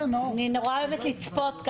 אני נורא אוהבת לצפות.